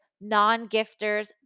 non-gifters